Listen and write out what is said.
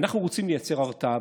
אנחנו רוצים לייצר הרתעה.